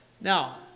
Now